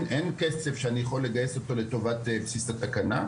לי איזה שהוא סכום כסף שאותו אני יכול לגייס לטובת בסיס התקנה.